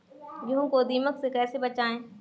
गेहूँ को दीमक से कैसे बचाएँ?